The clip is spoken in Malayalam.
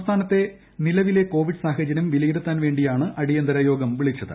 സംസ്ഥാനത്തെ നിലവിലെ കൊവിഡ് സാഹചരൃം വിലയിരുത്താൻ വേണ്ടിയാണ് അടിയന്തിര യോഗം വിളിച്ചത്